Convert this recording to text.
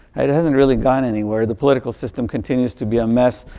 it it hasn't really gone anywhere. the political system continues to be a mess.